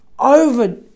Over